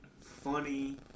funny